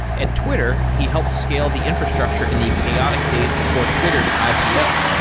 at twitter, he helped scale the infrastructure in the chaotic days before twitter s ipo.